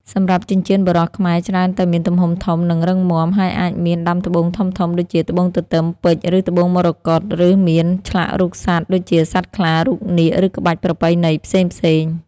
សម្រាប់ចិញ្ចៀនបុរសខ្មែរច្រើនតែមាន ទំហំធំ និងរឹងមាំ ហើយអាចមាន ដាំត្បូងធំៗ ដូចជា ត្បូងទទឹម ពេជ្រ ឬត្បូងមរកត ឬមាន ឆ្លាក់រូបសត្វ ដូចជាសត្វខ្លា រូបនាគ ឬក្បាច់ប្រពៃណីផ្សេងៗ។